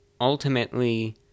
Ultimately